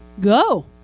go